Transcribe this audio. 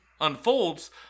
unfolds